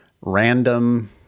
random